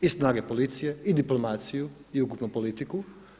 I snage policije i diplomaciju i ukupnu politiku.